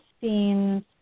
scenes